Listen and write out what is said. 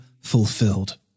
fulfilled